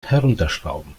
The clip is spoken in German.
herunterschrauben